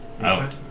Out